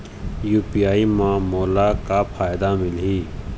UPI म मोला का फायदा मिलही?